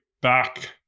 back